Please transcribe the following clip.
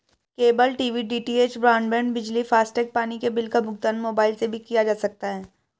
cable TV DTH, broadband, बिजली, FASTag, पानी के बिल का भुगतान मोबाइल से भी किया जा सकता है